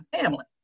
family